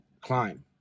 climb